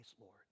Lord